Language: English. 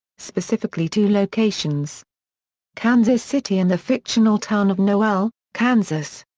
specifically two locations kansas city and the fictional town of noel, kansas.